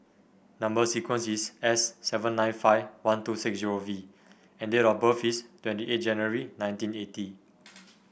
number sequence is S seven nine five one two six zero V and date of birth is twenty eight January nineteen eighty